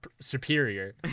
superior